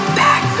back